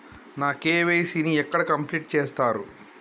నా కే.వై.సీ ని ఎక్కడ కంప్లీట్ చేస్తరు?